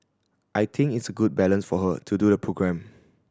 I think it's a good balance for her to do the programme